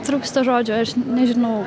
trūksta žodžių aš nežinau